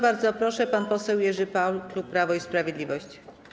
Bardzo proszę, pan poseł Jerzy Paul, klub Prawo i Sprawiedliwość.